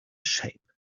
shape